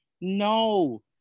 no